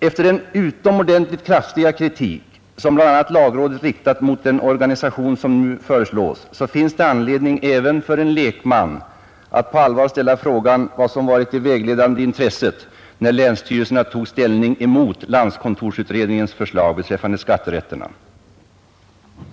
efter den utomordentligt kraftiga kritik som bl.a. lagrådet riktat mot den organisation som nu föreslås, så finns det anledning även för en lekman att på allvar ställa frågan om vad som varit det vägledande intresset, när länsstyrelserna tog ställning emot landskontorsutredningens förslag beträffande skatterätterna.